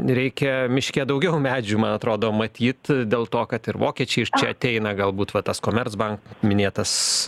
reikia miške daugiau medžių man atrodo matyt dėl to kad ir vokiečiai ir čia ateina galbūt va tas commerzbank minėtas